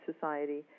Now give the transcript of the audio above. society